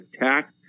attack